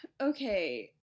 Okay